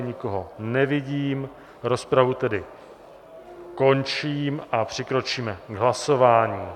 Nikoho nevidím, rozpravu tedy končím a přikročíme k hlasování.